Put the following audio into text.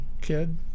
kid